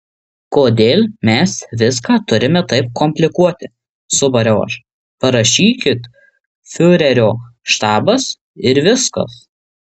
kodėl mes viską turime taip komplikuoti subariau aš parašykit fiurerio štabas ir viskas